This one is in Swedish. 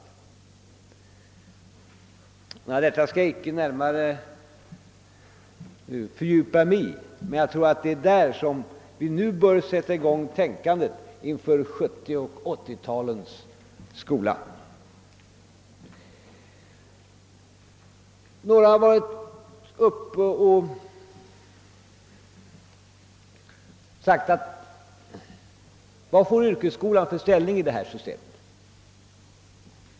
Jag skall inte närmare fördjupa mig i detta, men jag vill understryka att vi härvidlag bör påbörja vårt tänkande inför 1970 och 1980-talens skola. Några har frågat vilken ställning yrkesskolan får i detta system.